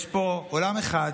יש פה עולם אחד,